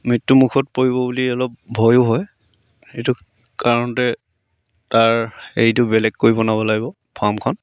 মৃত্যুমুখত পৰিব বুলি অলপ ভয়ো হয় সেইটো কাৰণতে তাৰ হেৰিটো বেলেগকৈ বনাব লাগিব ফাৰ্মখন